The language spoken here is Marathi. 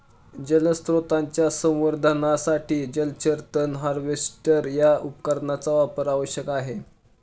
जलस्रोतांच्या संवर्धनासाठी जलचर तण हार्वेस्टर या उपकरणाचा वापर आवश्यक आहे